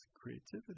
creativity